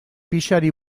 pixari